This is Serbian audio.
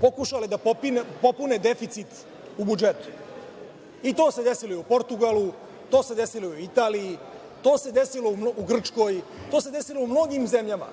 pokušale da popune deficit u budžetu. To se desilo i u Portugalu, to se desilo i u Italiji, to se desilo u Grčkoj, to se desilo u mnogim zemljama